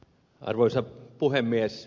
arvoisa puhemies